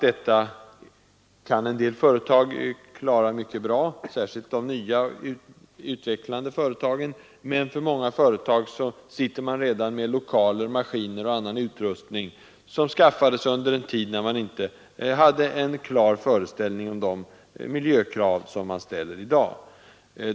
Detta kan en del företag klara mycket bra, särskilt de nya utvecklande företagen, men många företag sitter redan med lokaler, maskiner och annan utrustning, som skaffades under en tid då man inte hade en klar föreställning om de miljökrav som ställs i dag.